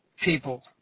people